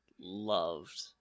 Loved